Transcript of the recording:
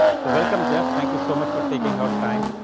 so welcome jeff. thank you so much for taking out time.